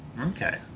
okay